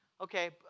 Okay